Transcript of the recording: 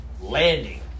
landing